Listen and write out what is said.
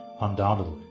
undoubtedly